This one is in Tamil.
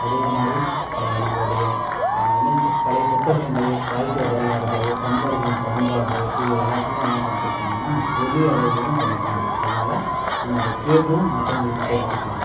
அதே மாதிரி நம்மளுடைய இணைய பழைய புத்தகங்கள் வாழ்க்கை வரலாறுகள் தமிழர்களின் பண்பாடு இது எல்லாத்தையும் என்ன பண்ணிட்ருக்காங்கன்னா ஒலி அளவிலேயும் பண்ணியிருக்காங்க அதனால் நம்ம அதை கேட்டும் மற்றவங்களுக்கு தெரிஞ்சுக்கலாம்